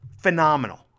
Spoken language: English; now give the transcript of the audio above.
phenomenal